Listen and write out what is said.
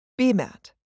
BMAT